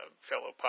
fellow